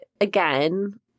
again